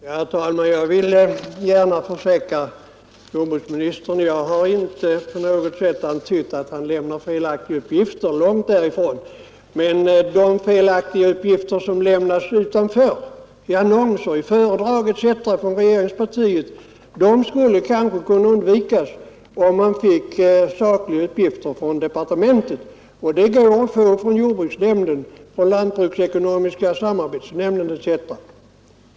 Herr talman! Jag vill gärna försäkra jordbruksministern att jag inte på något sätt har antytt att han lämnar felaktiga uppgifter, långt därifrån. Men de felaktiga uppgifter som lämnas utanför departementet — i annonser, föredrag etc. — från regeringspartiet skulle kanske kunna undvikas om man fick sakliga uppgifter från departementet. Och det går att få uppgifter från jordbruksnämnden, från lantbruksekonomiska samarbetsnämnden etc.